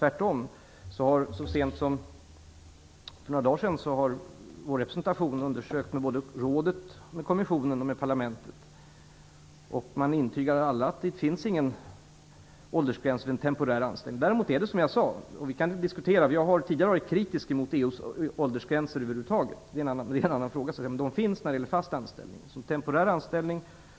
Tvärtom har vår representation så sent som för några dagar sedan undersökt med rådet, kommissionen och parlamentet, och alla intygar att det inte finns någon åldersgräns vid en temporär anställning. Däremot kan vi diskutera EU:s åldersgsränser över huvud taget, som jag tidigare har varit kritisk mot. Men det är en annan fråga. De finns när det gäller fast anställning.